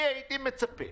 הייתי מצפה